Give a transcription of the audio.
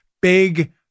Big